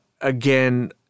again